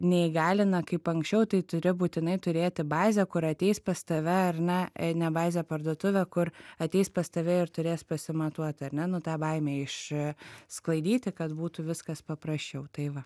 neįgalina kaip anksčiau tai turi būtinai turėti bazę kur ateis pas tave ar na e ne bazę parduotuvę kur ateis pas tave ir turės pasimatuoti ar ne nu ta baimė iš sklaidyti kad būtų viskas paprasčiau tai va